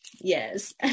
Yes